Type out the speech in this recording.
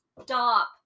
Stop